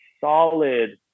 solid